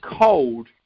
cold